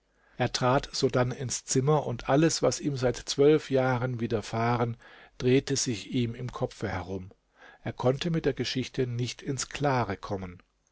er trat sodann ins zimmer und alles was ihm seit zwölf jahren widerfahren drehte sich ihm im kopfe herum er konnte mit der geschichte nicht ins klare kommen